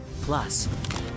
Plus